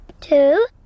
two